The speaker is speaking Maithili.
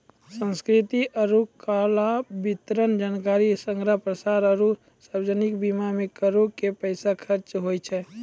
संस्कृति आरु कला, वितरण, जानकारी संग्रह, प्रसार आरु सार्वजनिक बीमा मे करो के पैसा खर्चा होय छै